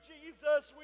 Jesus